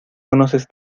conoces